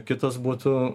kitas būtų